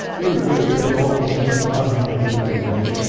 it would have been all the same if i had been, i reckon,